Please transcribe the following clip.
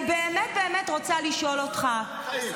אני באמת באמת רוצה לשאול אותך --- גם אני אוהב בעלי חיים.